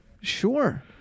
Sure